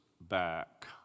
back